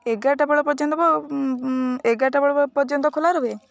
ଏଗାରଟା ବେଳ ପର୍ଯ୍ୟନ୍ତ ଏଗାରଟା ବେଳ ପର୍ଯ୍ୟନ୍ତ ଖୋଲା ରୁହେ